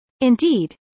Indeed